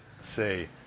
say